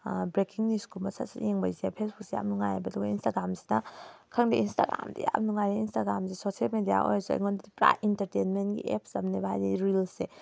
braking ꯅꯤꯌꯨꯁꯀꯨꯝꯕ ꯁꯠ ꯁꯠ ꯌꯦꯡꯕꯩꯁꯦ ꯐꯦꯁꯕꯨꯛꯁꯦ ꯌꯥꯝ ꯅꯨꯡꯉꯥꯏꯑꯕ ꯑꯗꯨꯒ ꯏꯟꯁꯇꯥꯒ꯭ꯔꯥꯝꯁꯤꯅ ꯈꯪꯗꯦ ꯏꯟꯁꯇꯥꯒ꯭ꯔꯥꯝꯗꯤ ꯌꯥꯝ ꯅꯨꯡꯉꯥꯏꯔꯦ ꯏꯟꯁꯇꯥꯒ꯭ꯔꯥꯝꯁꯤ ꯁꯣꯁꯤꯌꯦꯜ ꯃꯦꯗꯤꯌꯥ ꯑꯣꯏꯔꯁꯨ ꯑꯩꯉꯣꯟꯗꯗꯤ ꯄꯨꯔꯥ ꯏꯟꯇꯔꯇꯦꯟꯃꯦꯟꯒꯤ ꯑꯦꯞꯁ ꯑꯃꯅꯦꯕ ꯍꯥꯏꯗꯤ ꯔꯤꯜꯁꯁꯦ